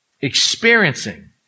experiencing